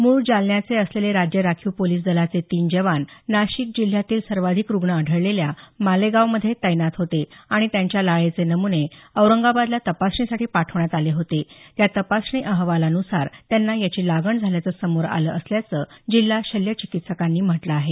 मूळ जालन्याचे असलेले राज्य राखीव पोलिस दलाचे तीन जवान नाशिक जिल्ह्यातील सर्वाधिक रुग्ण आढळलेल्या मालेगावमध्ये तैनात होते आणि त्यांच्या लाळेचे नमूने औरंगाबादला तपासणीसाठी पाठवण्यात आले होते त्या तपासणी अहवालानुसार त्यांना याची लागण झाल्याचं समोर आलं असल्याचं जिल्हा शल्य चिकित्सकांनी म्हटलं आहे